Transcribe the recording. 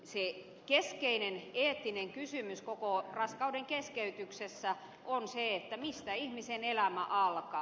se keskeinen eettinen kysymys koko raskaudenkeskeytyksessä on se mistä ihmisen elämä alkaa